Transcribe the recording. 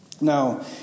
Now